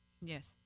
Yes